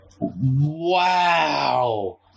Wow